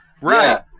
Right